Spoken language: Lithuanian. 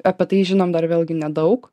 apie tai žinom dar vėlgi nedaug